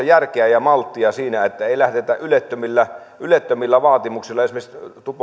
järkeä ja malttia siinä että ei lähdetä ylettömillä ylettömillä vaatimuksilla esimerkiksi